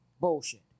bullshit